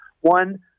One